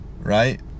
right